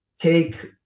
take